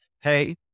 hey